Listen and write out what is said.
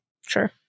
sure